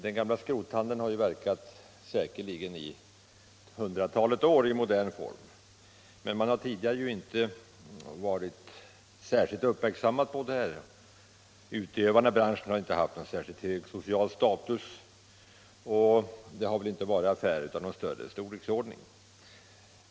Skrothandeln i modärn tid har verkat i ett hundratal år, men man har tidigare inte varit särskilt uppmärksam på hanteringen. Utövarna har inte haft särskilt hög social status och det har väl inte rört sig om affärer i någon betydande storleksordning.